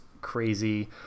crazy